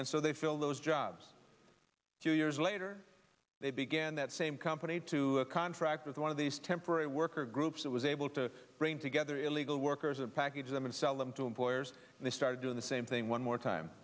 and so they fill those jobs two years later they began that same company to contract with one of these temporary worker groups that was able to bring together illegal workers and package them and sell them to employers and they started doing the same thing one more time